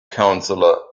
counselor